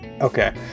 okay